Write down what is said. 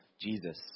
Jesus